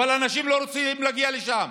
אבל אנשים לא רוצים להגיע לשם,